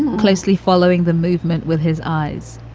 closely following the movement with his eyes.